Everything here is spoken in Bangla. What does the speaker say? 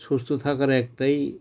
সুস্থ থাকার একটাই